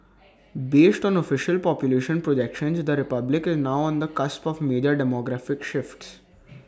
based on official population projections the republic is now on the cusp of major demographic shifts